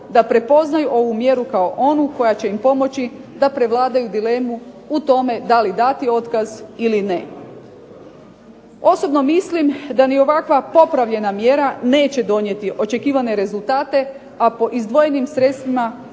da prepoznaju ovu mjeru kao onu koja će im pomoći da prevladaju dilemu u tome da li dati otkaz ili ne. Osobno mislim da ni ovakva popravljena mjera neće donijeti očekivane rezultate, a po izdvojenim sredstvima